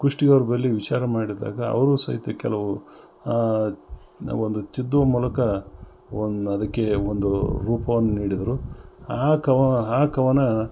ಕುಷ್ಟಗಿಯವ್ರ ಬಳಿ ವಿಚಾರ ಮಾಡಿದಾಗ ಅವರು ಸಹಿತ ಕೆಲವು ನ ಒಂದು ತಿದ್ದುವ ಮೂಲಕ ಒಂದು ಅದಕ್ಕೆ ಒಂದು ರೂಪವನ್ನ ನೀಡಿದರು ಆ ಕವ್ ಆ ಕವನ